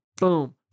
boom